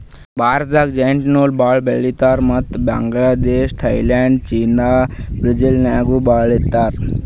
ಭಾರತ್ದಾಗ್ ಜ್ಯೂಟ್ ನೂಲ್ ಭಾಳ್ ಬೆಳಿತೀವಿ ಮತ್ತ್ ಬಾಂಗ್ಲಾದೇಶ್ ಥೈಲ್ಯಾಂಡ್ ಚೀನಾ ಬ್ರೆಜಿಲ್ದಾಗನೂ ಬೆಳೀತಾರ್